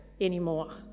anymore